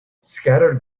scattered